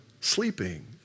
sleeping